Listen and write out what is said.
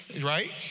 right